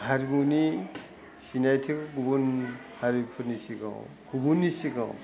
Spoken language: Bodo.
हारिमुनि सिनायथि गुबुन हारिफोरनि सिगाङाव गुबुननि सिगाङाव